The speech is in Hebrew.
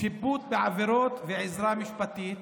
שיפוט בעבירות ועזרה משפטית.